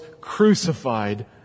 crucified